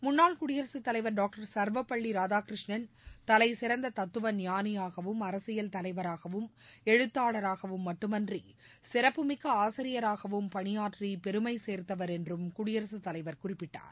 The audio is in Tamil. முன்னாள் குடியரசுத் தலைவர் டாக்டர் சர்வபள்ளி ராதாகிருஷ்ணன் தலைசிறந்த தத்துவ எழுத்தாளராகவும் மட்டுமின்றி சிறப்புமிக்க ஆசிரியராகவும் பணியாற்றி பெருமை சேர்த்தவர் என்றும் குடியரசுத் தலைவர் குறிப்பிட்டார்